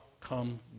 come